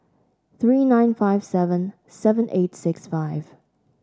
three nine five seven seven eight six five